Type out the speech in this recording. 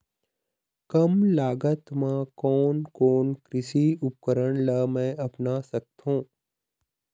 कम लागत मा कोन कोन कृषि उपकरण ला मैं अपना सकथो?